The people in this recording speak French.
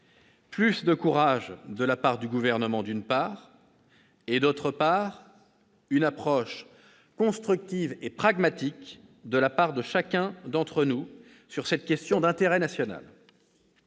de courage de la part du Gouvernement, d'une part, et une approche constructive et pragmatique de la part de chacun d'entre nous sur cette question d'intérêt national,